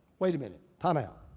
wait a minute, timeout.